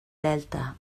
delta